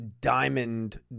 diamond